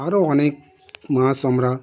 আরও অনেক মাছ আমরা